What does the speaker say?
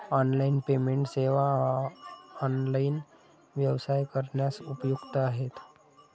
online payment सेवा online व्यवसाय करण्यास उपयुक्त आहेत